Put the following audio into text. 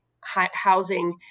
housing